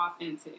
authentic